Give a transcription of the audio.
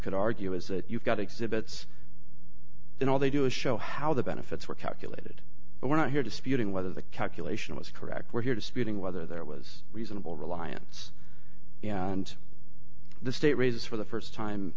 could argue is that you've got exhibits then all they do is show how the benefits were calculated but we're not here disputing whether the calculation was correct we're here disputing whether there was reasonable reliance and the state raises for the first time